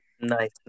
nice